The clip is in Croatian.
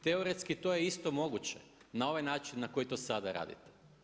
Teoretski to je isto moguće na ovaj način na koji to sada radite.